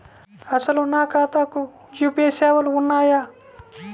అసలు నా ఖాతాకు యూ.పీ.ఐ సేవలు ఉన్నాయా?